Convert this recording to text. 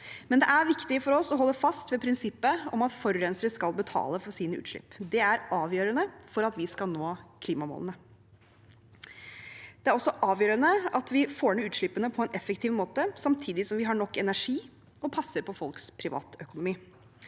Det er viktig for oss å holde fast ved prinsippet om at forurensere skal betale for sine utslipp. Det er avgjørende for at vi skal nå klimamålene. Det er også avgjørende at vi får ned utslippene på en effektiv måte, samtidig som vi har nok energi og passer på folks privatøkonomi.